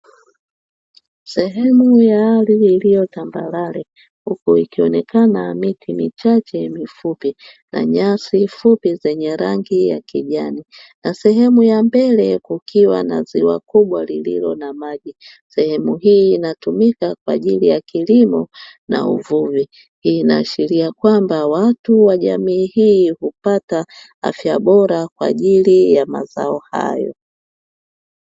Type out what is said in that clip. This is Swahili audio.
Sehemu ya ardhi iliyo na tambarare huku ikionekana miti michache mifupi na nyasi fupi zenye rangi ya kijani na sehemu ya mbele kukiwa na ziwa kubwa lililo na maji, sehemu hii inatumika kwa ajili ya kilimo na uvuvi, hii inaashiria kwamba watu wa jamii hii hupata afya bora kwa ajili ya mazao hayo.